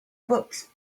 books